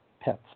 pets